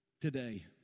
today